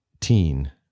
teen